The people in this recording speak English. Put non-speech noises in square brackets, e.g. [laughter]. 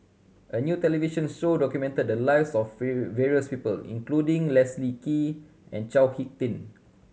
a new television show documented the lives of [unintelligible] various people including Leslie Kee and Chao Hick Tin